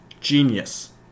Genius